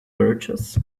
birches